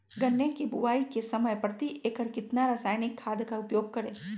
गन्ने की बुवाई के समय प्रति एकड़ कितना रासायनिक खाद का उपयोग करें?